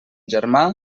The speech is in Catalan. germà